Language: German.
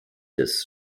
des